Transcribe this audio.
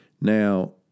Now